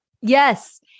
Yes